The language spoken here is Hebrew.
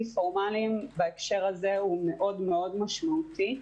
פורמליים בהקשר הזה הוא מאוד מאוד משמעותי.